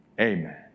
amen